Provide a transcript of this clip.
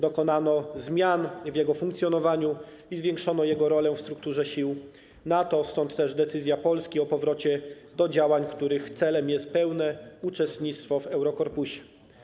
Dokonano zmian w jego funkcjonowaniu i zwiększono jego rolę w strukturze sił NATO, stąd też decyzja Polski o powrocie do działań, których celem jest pełne uczestnictwo w Eurokorpusie.